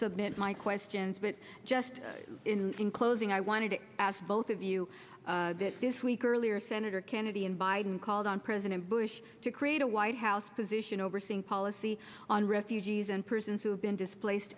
submit my questions but just in closing i wanted to ask both of you this week earlier senator kennedy and biden called on president bush to create a white house position overseeing policy on refugees and persons who have been displaced